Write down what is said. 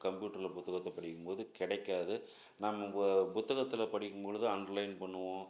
கம்ப்யூட்டரில் புத்தகத்தை படிக்கும்போது கிடைக்காது நம்ம புத்தகத்தில் படிக்கும் பொழுது அண்டர்லைன் பண்ணுவோம்